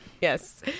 Yes